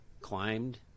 climbed